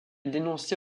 dénoncé